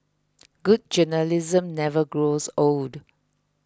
good journalism never grows old